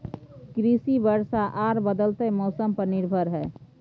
कृषि वर्षा आर बदलयत मौसम पर निर्भर हय